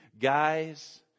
guys